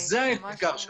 זה האתגר שלך.